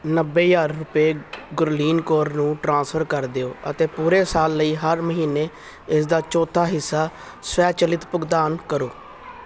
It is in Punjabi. ਨੱਬੇ ਹਜ਼ਾਰ ਰੁਪਏ ਗੁਰਲੀਨ ਕੌਰ ਨੂੰ ਟ੍ਰਾਂਸਫਰ ਕਰ ਦਿਓ ਅਤੇ ਪੂਰੇ ਸਾਲ ਲਈ ਹਰ ਮਹੀਨੇ ਇਸ ਦਾ ਚੌਥਾ ਹਿੱਸਾ ਸਵੈ ਚਲਿਤ ਭੁਗਤਾਨ ਕਰੋ